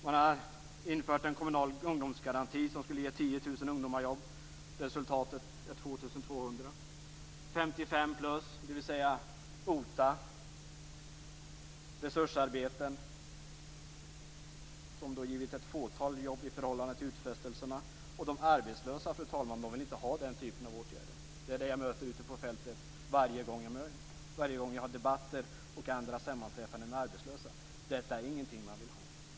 Man har infört en kommunal ungdomsgaranti, som skulle ge 10 000 ungdomar jobb. Resultatet är 2 200. Det handlar om 55-plus, dvs. OTA, resursarbeten, som givit ett fåtal jobb i förhållande till utfästelserna. De arbetslösa, fru talman, vill inte ha den typen av åtgärder. Det får jag höra ute på fältet varje gång jag har debatter och andra sammanträffanden med arbetslösa. Detta är ingenting man vill ha.